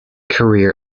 career